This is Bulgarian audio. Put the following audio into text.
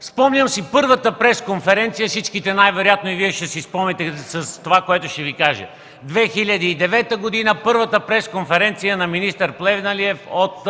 Спомням си първата пресконференция. Най-вероятно и Вие ще си я спомните с това, което ще Ви кажа – 2009 г. първата пресконференция на министър Плевнелиев от